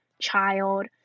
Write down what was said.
child